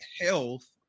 health